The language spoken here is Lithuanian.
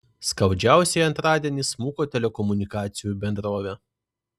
skaudžiausiai antradienį smuko telekomunikacijų bendrovė